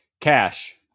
Cash